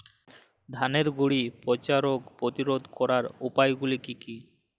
ধানের গুড়ি পচা রোগ প্রতিরোধ করার উপায়গুলি কি কি?